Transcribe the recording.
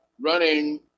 running